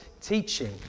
teaching